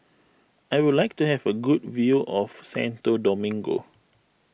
I would like to have a good view of Santo Domingo